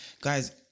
Guys